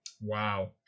Wow